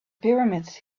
pyramids